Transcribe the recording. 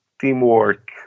teamwork